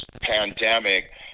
pandemic